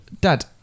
Dad